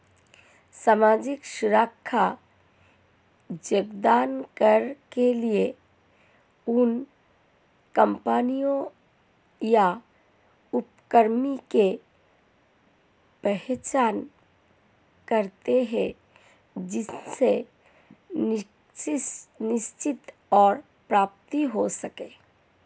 सामाजिक सुरक्षा योगदान कर के लिए उन कम्पनियों या उपक्रमों की पहचान करते हैं जिनसे निश्चित आय प्राप्त हो सके